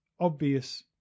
obvious